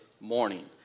morning